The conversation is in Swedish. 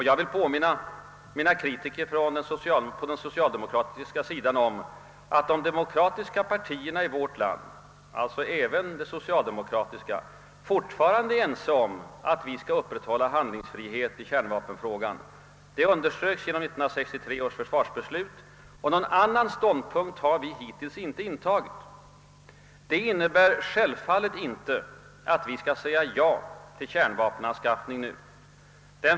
Jag vill påminna mina kritiker på den socialdemokratiska sidan om att de demokratiska partierna i vårt land, alltså även det socialdemokratiska, fortfarande är ense om att vi skall upprätthålla handlingsfrihet i kärnvapenfrågan. Detta underströks genom 1963 års försvarsbeslut och någon annan ståndpunkt har hittills inte intagits. Detta innebär självfallet inte att vi skall säga ja till kärnvapenanskaffning.